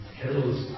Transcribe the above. kills